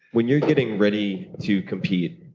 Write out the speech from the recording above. when you're getting ready to compete,